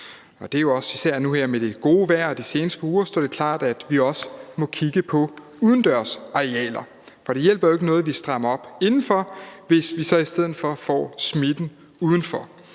Det er især nu her med det gode vejr og det, der er sket de seneste par uger, at det står klart, at vi også må kigge på udendørsarealer, for det hjælper jo ikke noget, at vi strammer op indenfor, hvis vi så i stedet får smitten udenfor.